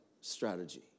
strategy